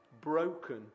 broken